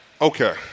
Okay